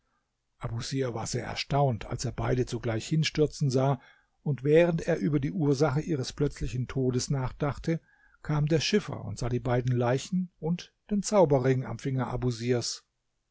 abusir war sehr erstaunt als er beide zugleich hinstürzen sah und während er über die ursache ihres plötzlichen todes nachdachte kam der schiffer und sah die beiden leichen und den zauberring am finger